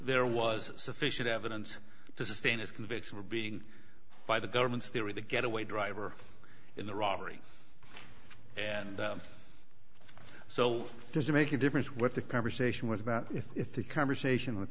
there was sufficient evidence to sustain his conviction or being by the government's theory the getaway driver in the robbery and so does it make a difference what the conversation was about if if the conversation with